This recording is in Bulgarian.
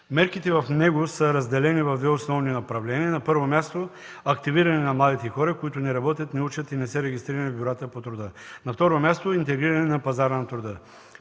Мерките в него са разделени в две основни направления. На първо място е активиране на младите хора, които не работят, не учат и не са регистрирани в бюрата по трудна. На второ място е интегриране на пазара на труда.